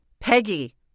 Peggy